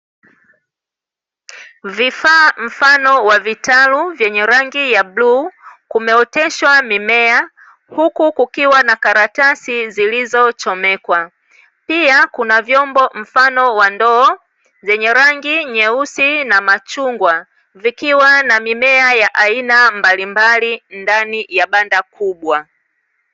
Vifaa mfano wa vitalu vyenye rangi ya bluu, kumeoteshwa mimea huku kukiwa na karatasi zilizochomekwa. Pia kuna vyombo mfano wa ndoo, vyenye rangi nyeusi na machungwa, vikiwa na mimea ya aina mbalimbali ndani ya banda kubwa.